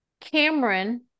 cameron